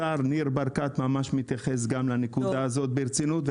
השר ניר ברקת מתייחס גם לנקודה הזאת ברצינות,